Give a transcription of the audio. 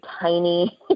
tiny